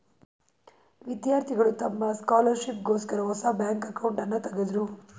ವಿದ್ಯಾರ್ಥಿಗಳು ತಮ್ಮ ಸ್ಕಾಲರ್ಶಿಪ್ ಗೋಸ್ಕರ ಹೊಸ ಬ್ಯಾಂಕ್ ಅಕೌಂಟ್ನನ ತಗದ್ರು